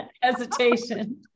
Hesitation